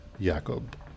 Jacob